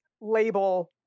label